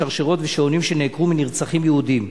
שרשראות ושעונים שנעקרו מנרצחים יהודים.